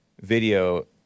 video